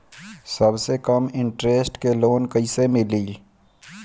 सबसे कम इन्टरेस्ट के लोन कइसे मिली?